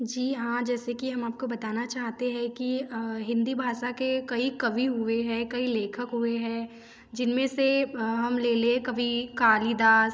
जी हाँ जैसे कि हम आपको बताना चाहते है कि हिंदी भाषा के कई कवि हुए हैं कई लेखक हुए हैं जिन में से हम ले लें कवि कालिदास